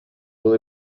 will